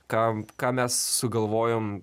kam ką mes sugalvojom